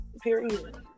Period